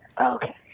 Okay